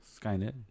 Skynet